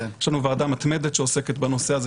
יש לנו ועדה מתמדת שעוסקת בנושא הזה